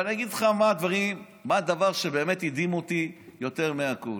אבל אני אגיד לך מה הדבר שבאמת הדהים אותי יותר מהכול: